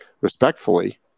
respectfully